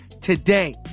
today